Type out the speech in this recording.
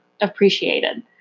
appreciated